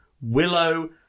Willow